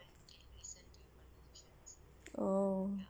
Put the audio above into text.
oh